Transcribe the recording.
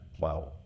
Wow